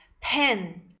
Pen